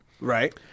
Right